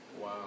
Wow